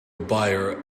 buyer